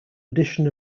edition